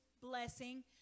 blessing